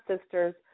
sisters